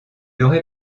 aurait